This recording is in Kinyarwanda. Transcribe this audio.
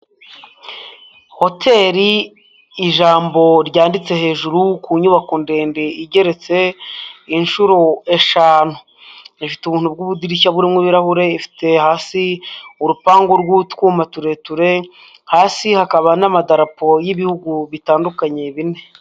Hoteli ijambo ryanditse hejuru ku nyubako ndende, igeretse inshuro eshanu, ifite ubuntu bw'ubudirishya burimo ibirahure, ifite hasi urupangu rw'utwuma tureture, hasi hakaba n'amadapo y'ibihugu bitandukanye bine.